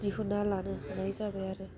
दिहुनना लानो हानाय जाबाय आरो